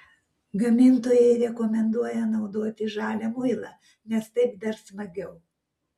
gamintojai rekomenduoja naudoti žalią muilą nes taip dar smagiau